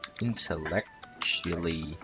intellectually